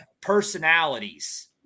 personalities